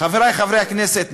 חברי חברי הכנסת,